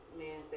man